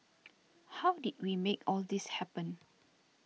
how did we make all this happen